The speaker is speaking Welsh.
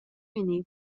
inni